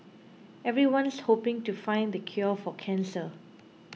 everyone's hoping to find the cure for cancer